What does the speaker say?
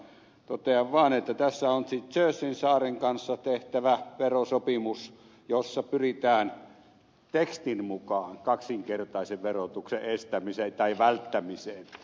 totean vain että tässä on kysymys jerseyn saaren kanssa tehtävästä verosopimuksesta jossa pyritään tekstin mukaan kaksinkertaisen verotuksen estämiseen tai välttämiseen